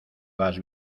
vas